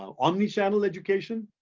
omnichannel education,